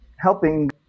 helping